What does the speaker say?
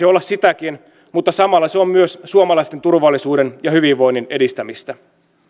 olla sitäkin mutta samalla se on myös suomalaisten turvallisuuden ja hyvinvoinnin edistämistä